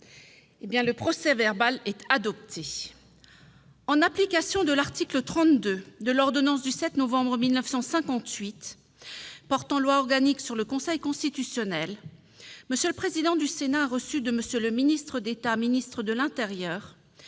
Le procès-verbal est adopté. En application de l'article 32 de l'ordonnance n° 58-1067 du 7 novembre 1958 portant loi organique sur le Conseil constitutionnel, M. le président du Sénat a reçu de M. le ministre d'État, ministre de l'intérieur,